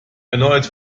erneut